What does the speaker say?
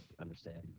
understand